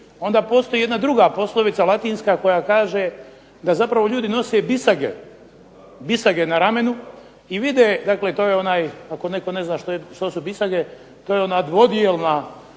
Onda postoji jedna druga poslovica latinska koja kaže da zapravo ljudi nose bisage na ramenu i vide, dakle to je onaj ako netko ne zna što su bisage, to je ona dvodijelna